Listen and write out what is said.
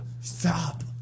Stop